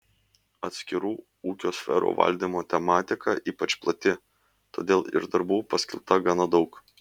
atskirų ūkio sferų valdymo tematika ypač plati todėl ir darbų paskelbta gana daug